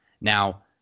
Now